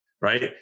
right